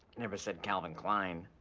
never said calvin klein.